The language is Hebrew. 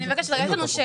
אני מבקשת, יש לנו שאלות,